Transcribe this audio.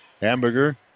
Hamburger